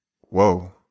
whoa